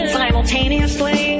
simultaneously